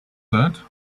that